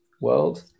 world